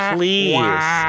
Please